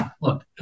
look